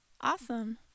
Awesome